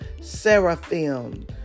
seraphim